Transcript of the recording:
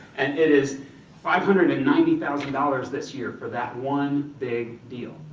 and it is five hundred and ninety thousand dollars this year, for that one big deal.